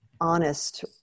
honest